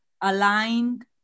aligned